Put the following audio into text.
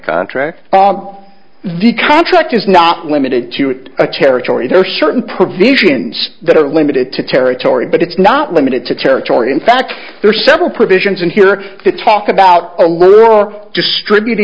contract the contract is not limited to it a territory there are certain provisions that are limited to territory but it's not limited to territory in fact there are several provisions in here to talk about alone or distribut